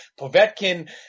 Povetkin